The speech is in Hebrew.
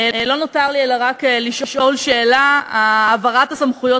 לא נותר לי אלא רק לשאול שאלה: העברת הסמכויות